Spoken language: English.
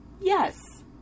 Yes